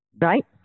Right